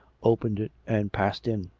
opened it and passed in.